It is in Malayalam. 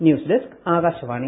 news desk Akashvani